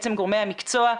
גורמי המקצוע,